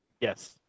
Yes